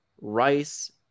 Rice